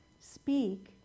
speak